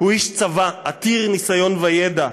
הוא איש צבא עתיר ניסיון וידע.